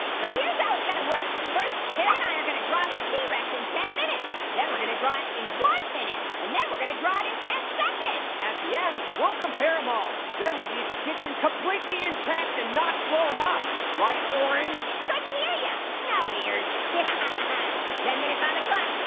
so here's how it's gonna work. first, pear and i are gonna draw this t-rex in ten minutes, then we're gonna draw it in one minute. and then we're gonna draw it in ten seconds! at the end, we'll compare em all. then we'll leave the kitchen completely intact and not blown up. right, orange? couldn't hear ya, no ears. yeah ten minutes on the clock.